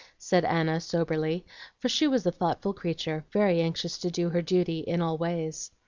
said anna, soberly for she was a thoughtful creature, very anxious to do her duty in all ways.